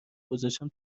گذاشتم